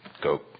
go